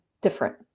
different